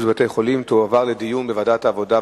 בבתי-החולים תועברנה לדיון בוועדת העבודה,